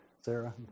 Sarah